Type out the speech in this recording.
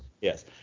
Yes